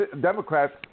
Democrats